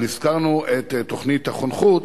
אבל הזכרנו את תוכנית החונכות,